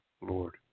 Lord